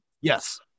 yes